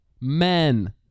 Men